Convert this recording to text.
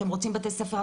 אתם רוצים בתי ספר,